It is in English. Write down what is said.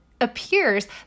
appears